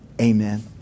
Amen